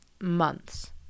months